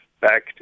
back